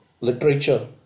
literature